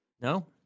No